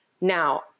Now